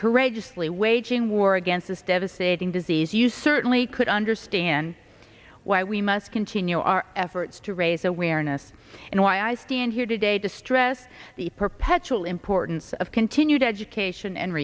courageously waging war against this devastating disease you certainly could understand why we must continue our efforts to raise awareness and why i stand here today to stress the perpetual importance of continued education and